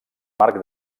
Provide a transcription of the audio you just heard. marc